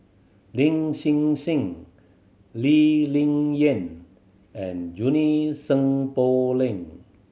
Lin Hsin Hsin Lee Ling Yen and Junie Sng Poh Leng